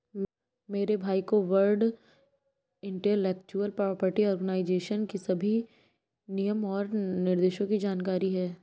मेरे भाई को वर्ल्ड इंटेलेक्चुअल प्रॉपर्टी आर्गेनाईजेशन की सभी नियम और निर्देशों की जानकारी है